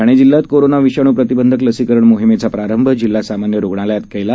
ठाणे जिल्ह्यात कोरोना विषाणू प्रतिबंधक लसीकरण मोहिमेचा प्रारंभ जिल्हा सामान्य रुग्णालय इथं करण्यात आला